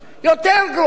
יותר גרועה.